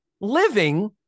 living